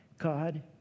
God